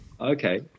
Okay